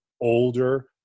older